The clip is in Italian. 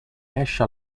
esce